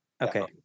Okay